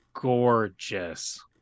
gorgeous